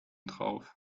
drauf